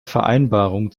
vereinbarung